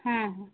ହୁଁ ହୁଁ